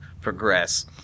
progress